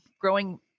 growing